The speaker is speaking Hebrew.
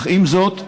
אך עם זאת,